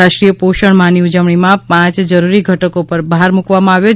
રાષ્ટ્રીય પોષણ માહની ઉજવણીમાં પાંચ જરૂરી ઘટકો પર ભાર મુકવામાં આવ્યો છે